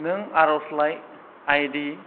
नों आरज'लाइ आइ डि